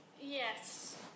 yes